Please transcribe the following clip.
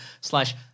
slash